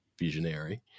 Visionary